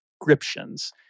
descriptions